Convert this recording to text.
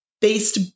based